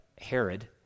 Herod